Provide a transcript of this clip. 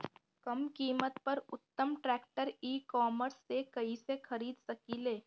कम कीमत पर उत्तम ट्रैक्टर ई कॉमर्स से कइसे खरीद सकिले?